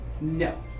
No